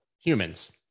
humans